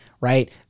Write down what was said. right